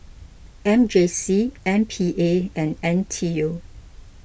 M J C M P A and N T U